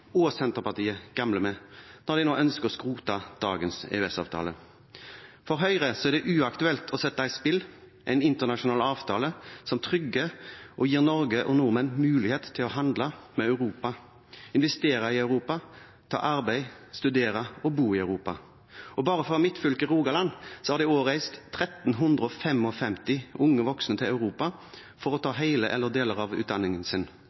Senterpartiet gambler med når de nå ønsker å skrote dagens EØS-avtale. For Høyre er det uaktuelt å sette i spill en internasjonal avtale som trygger og gir Norge og nordmenn mulighet til å handle med Europa, investere i Europa, ta arbeid, studere og bo i Europa. Bare fra mitt fylke, Rogaland, har det i år reist 1 355 unge voksne til Europa for å ta hele eller deler av utdanningen sin